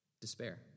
Despair